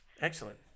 Excellent